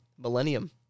Millennium